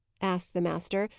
asked the master,